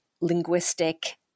linguistic